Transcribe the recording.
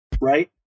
right